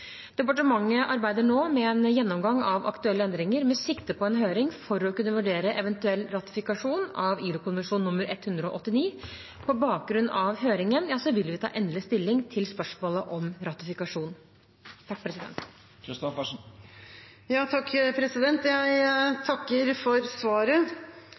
Departementet arbeider nå med en gjennomgang av aktuelle endringer med sikte på en høring for å kunne vurdere eventuell ratifikasjon av ILO-konvensjon nr. 189. På bakgrunn av høringen vil vi ta endelig stilling til spørsmålet om ratifikasjon.